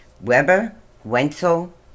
Weber-Wenzel